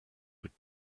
would